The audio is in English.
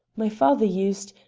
my father used,